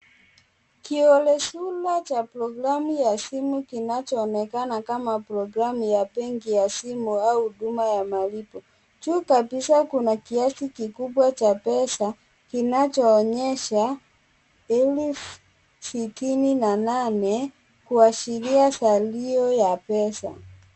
Kiolezo cha programu ya simu kinachoonekana kama programu ya benki ya simu au huduma ya malipo. Juu kabisa kuna kiasi kikubwa cha pesa kinachoonyesha 68,000 kuashiria salio la pesa.